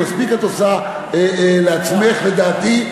מספיק את עושה לעצמך, לדעתי,